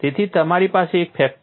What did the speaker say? તેથી તમારી પાસે એક ફેક્ટર 1